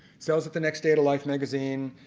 shows up the next day at life magazine